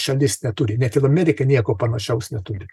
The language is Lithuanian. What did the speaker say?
šalis neturi net ir amerika nieko panašaus neturi